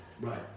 Right